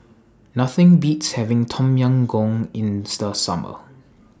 Nothing Beats having Tom Yam Goong in The Summer